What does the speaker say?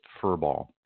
furball